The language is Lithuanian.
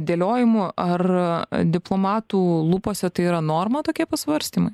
dėliojimu ar diplomatų lūpose tai yra norma tokie pasvarstymai